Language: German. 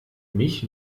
mich